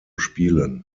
spielen